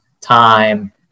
time